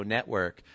Network